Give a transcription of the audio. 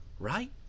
Right